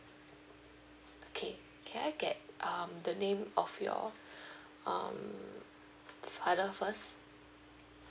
okay can I get um the name of your um father first